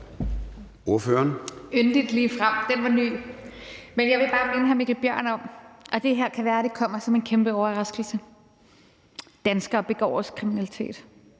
Lund (EL): Yndigt ligefrem? Den var ny. Jeg vil bare minde hr. Mikkel Bjørn om – og det kan være, at det her kommer som en kæmpe overraskelse – at danskere også begår kriminalitet,